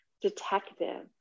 detective